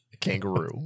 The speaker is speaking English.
kangaroo